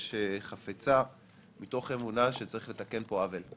חפצה מתוך אמונה שצריך לתקן פה עוול,